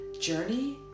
journey